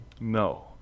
No